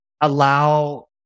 allow